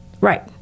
Right